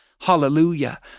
hallelujah